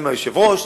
הפריפריה,